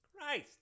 Christ